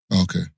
okay